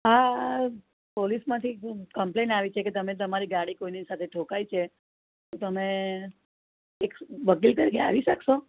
હા પોલીસમાંથી કંપલેન આવી છે કે તમે તમારી ગાડી કોઇની સાથે ઠોકાઈ છે તમે એક વકીલ તરીકે આવી શકશો